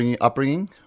upbringing